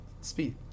Speed